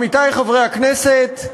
עמיתי חברי הכנסת,